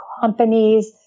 companies